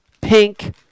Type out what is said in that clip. pink